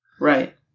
Right